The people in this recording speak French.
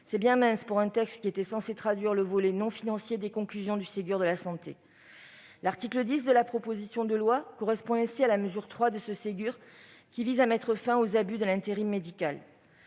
C'est bien mince pour un texte censé traduire le volet non financier des conclusions du Ségur de la santé. L'article 10 de la proposition de loi correspond à la mesure 3 de ce Ségur, qui vise à mettre fin aux abus de l'intérim médical.